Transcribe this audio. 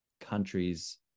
countries